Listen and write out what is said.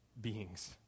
beings